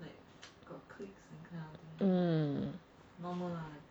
um